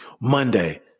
Monday